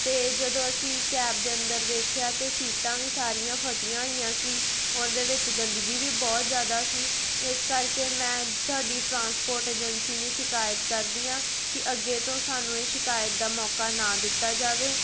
ਅਤੇ ਜਦੋਂ ਅਸੀਂ ਕੈਬ ਦੇ ਅੰਦਰ ਵੇਖਿਆ ਤਾਂ ਸੀਟਾਂ ਵੀ ਸਾਰੀਆਂ ਫਟੀਆਂ ਹੋਈਆਂ ਸੀ ਉਹਦੇ ਵਿੱਚ ਗੰਦਗੀ ਵੀ ਬਹੁਤ ਜ਼ਿਆਦਾ ਸੀ ਇਸ ਕਰਕੇ ਮੈਂ ਤੁਹਾਡੀ ਟਰਾਂਸਪੋਰਟ ਏਜੰਸੀ ਨੂੰ ਸ਼ਿਕਾਇਤ ਕਰਦੀ ਹਾਂ ਕਿ ਅੱਗੇ ਤੋਂ ਸਾਨੂੰ ਇਹ ਸ਼ਿਕਾਇਤ ਦਾ ਮੌਕਾ ਨਾ ਦਿੱਤਾ ਜਾਵੇ